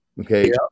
okay